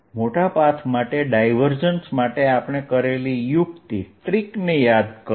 મોટા પાથ માટે ડાયવર્જન્સ માટે આપણે કરેલી યુક્તિ ને યાદ કરો